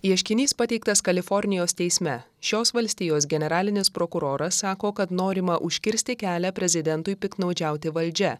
ieškinys pateiktas kalifornijos teisme šios valstijos generalinis prokuroras sako kad norima užkirsti kelią prezidentui piktnaudžiauti valdžia